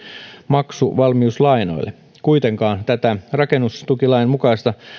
maksuvalmiuslainoille kuitenkaan rakennetukilain mukaista